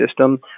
system